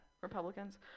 Republicans